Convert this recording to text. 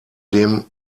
dem